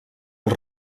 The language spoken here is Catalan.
els